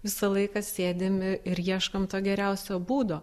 visą laiką sėdim ir ieškom to geriausio būdo